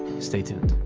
stay tuned.